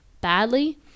badly